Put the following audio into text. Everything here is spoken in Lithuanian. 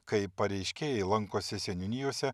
kai pareiškėjai lankosi seniūnijose